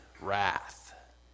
wrath